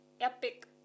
epic